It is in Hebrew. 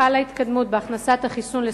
החיסון "גרדסיל",